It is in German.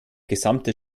gesamte